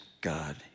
God